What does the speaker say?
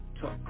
talk